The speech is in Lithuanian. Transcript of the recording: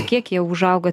kiek jie užauga